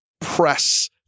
press